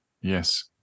Yes